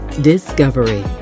discovery